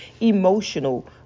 emotional